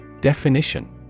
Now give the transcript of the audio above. Definition